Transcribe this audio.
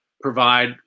provide